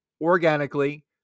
organically